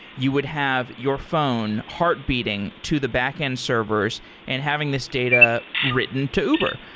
you would have your phone heartbeating to the backend servers and having this data written to uber,